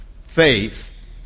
faith